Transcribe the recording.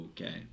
Okay